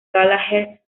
gallagher